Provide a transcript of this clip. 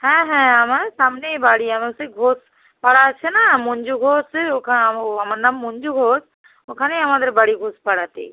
হ্যাঁ হ্যাঁ আমার সামনেই বাড়ি আমার সেই ঘোষ পাড়া আছে না মঞ্জু ঘোষের ওখা ও আমার নাম মঞ্জু ঘোষ ওখানেই আমাদের বাড়ি ঘোষ পাড়াতেই